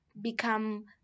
become